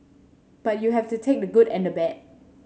but you have to take the good and the bad